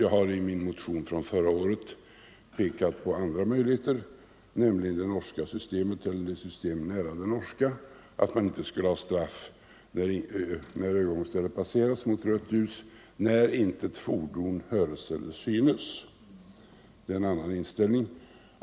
Jag pekade i min motion förra året på andra möjligheter, nämligen ett system som ligger nära det norska systemet att fotgängare får gå mot rött ljus vid övergångsställe när intet fordon höres eller synes. Det är en annan inställning.